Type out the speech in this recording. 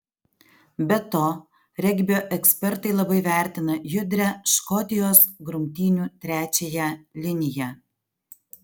be to regbio ekspertai labai vertina judrią škotijos grumtynių trečiąją liniją